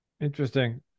Interesting